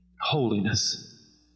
holiness